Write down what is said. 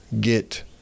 get